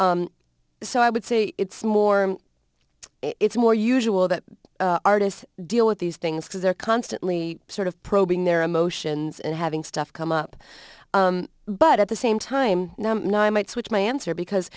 so i would say it's more it's more usual that artists deal with these things because they're constantly sort of probing their emotions and having stuff come up but at the same time i might switch my answer because